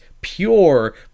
pure